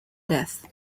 death